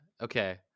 okay